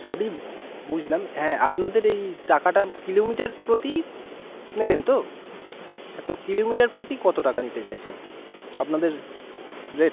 সবই বুঝলাম হ্যাঁ আপনাদের এই টাকাটা কিলোমিটার প্রতিই নেবেন তো হ্যাঁ তো কিলোমিটার প্রতি কত টাকা নিতে চাইছেন আপনাদের রেট